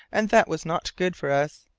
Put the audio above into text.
and that was not good for us,